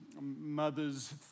mothers